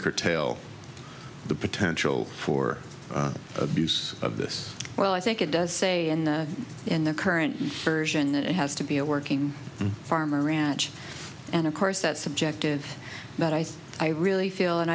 curtail the potential for abuse of this well i think it does say in the in the current version that it has to be a working farm or ranch and of course that's subjective but i i really feel and